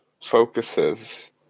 focuses